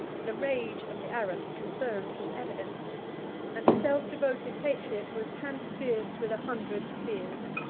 the rage of the arabs confirmed his evidence and the self-devoted patriot was transpierced with a hundred spears.